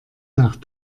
nach